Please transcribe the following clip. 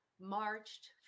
marched